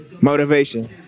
Motivation